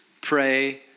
pray